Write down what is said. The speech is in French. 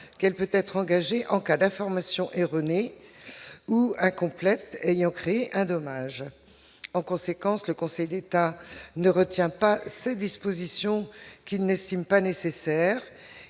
qu'elle peut être engagée en cas d'information et Renée ou incomplètes, ayant créé un dommage, en conséquence, le Conseil d'État ne retient pas cette disposition, qu'il n'estime pas nécessaire,